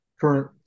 current